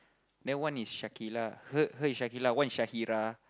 that one is Shaqilah her her is Shaqilah one is Shahirah